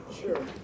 Sure